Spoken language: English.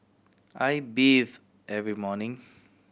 I bathe every morning